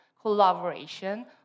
collaboration